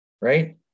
right